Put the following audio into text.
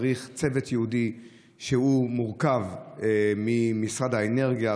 צריך צוות ייעודי שמורכב ממשרד האנרגיה,